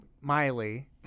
Miley